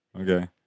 okay